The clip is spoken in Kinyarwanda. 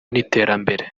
n’iterambere